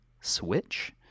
switch